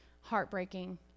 heartbreaking